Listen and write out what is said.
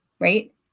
Right